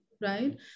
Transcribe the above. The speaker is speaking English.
Right